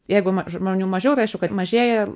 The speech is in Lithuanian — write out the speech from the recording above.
jeigu ma žmonių mažiau tai aišku kad mažėja